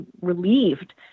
relieved